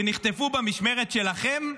שנחטפו במשמרת שלכם?